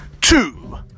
two